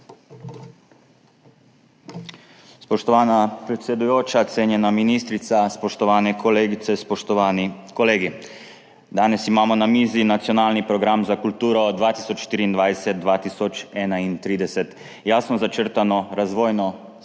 Spoštovana predsedujoča, cenjena ministrica, spoštovane kolegice, spoštovani kolegi! Danes imamo na mizi nacionalni program za kulturo 2024–2031. Jasno začrtano razvojno strategijo